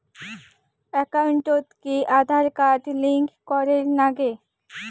একাউন্টত কি Aadhaar card link করের নাগে?